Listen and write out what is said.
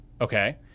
okay